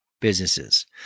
businesses